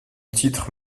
titre